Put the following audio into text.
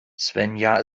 svenja